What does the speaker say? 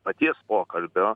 paties pokalbio